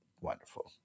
wonderful